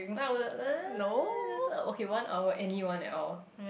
no I wouldn't uh that's like okay one hour anyone at all